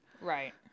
Right